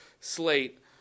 slate